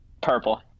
purple